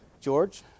george